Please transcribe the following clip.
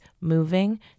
moving